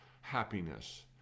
happiness